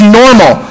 normal